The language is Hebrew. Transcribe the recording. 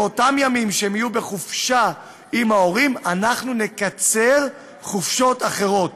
באותם ימים שהם יהיו בחופשה עם ההורים אנחנו נקצר חופשות אחרות.